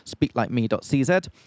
speaklikeme.cz